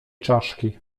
czaszki